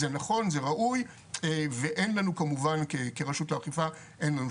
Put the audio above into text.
זה נכון וזה ראוי כמובן כרשות האכיפה אין לנו